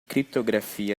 criptografia